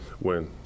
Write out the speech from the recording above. win